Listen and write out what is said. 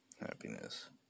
happiness